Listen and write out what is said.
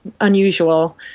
unusual